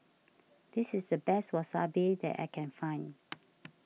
this is the best Wasabi that I can find